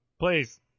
Please